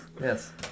Yes